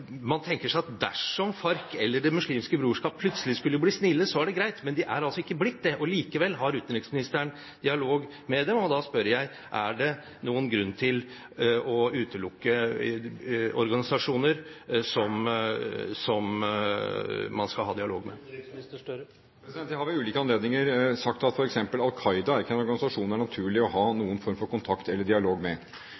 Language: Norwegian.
Man tenker seg at dersom Farc eller Det muslimske brorskap plutselig skulle bli snille, er det greit. Men de er altså ikke blitt det – og likevel har utenriksministeren dialog med dem. Da spør jeg: Er det noen grunn til å utelukke organisasjoner som man skal ha dialog med? Jeg har ved ulike anledninger sagt at f.eks. Al Qaida ikke er en organisasjon det er naturlig å ha